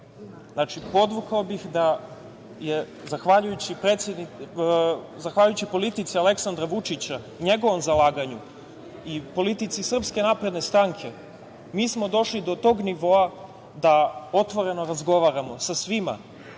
Znači, podvukao bih da smo zahvaljujući politici Aleksandra Vučića, njegovom zalaganju i politici SNS došli do tog nivoa da otvoreno razgovaramo sa svima,